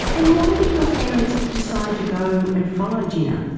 and why did you parents decide to go and follow jinnah?